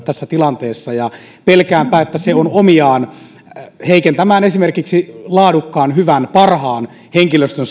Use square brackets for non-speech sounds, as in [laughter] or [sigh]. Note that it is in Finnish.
[unintelligible] tässä tilanteessa ja pelkäänpä että se on omiaan heikentämään meillä esimerkiksi laadukkaan hyvän parhaan henkilöstön [unintelligible]